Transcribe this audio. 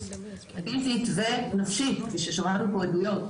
זה נפשי כפי ששמענו פה עדויות,